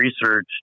research